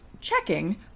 checking